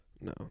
No